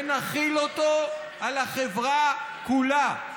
ונחיל אותו על החברה כולה.